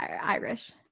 Irish